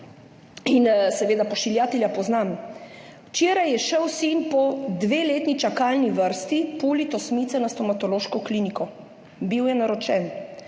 in seveda pošiljatelja poznam. Včeraj je šel sin po dveletni čakalni vrsti puliti osmice na stomatološko kliniko, bil je naročen.